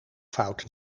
fout